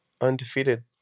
undefeated